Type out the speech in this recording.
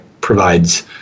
provides